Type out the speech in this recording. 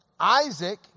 Isaac